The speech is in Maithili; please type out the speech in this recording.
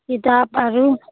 किताब आओर